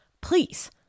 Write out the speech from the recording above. please